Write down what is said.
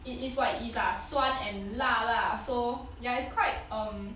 it is what it is lah 酸 and 辣 lah so ya it's quite um